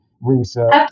research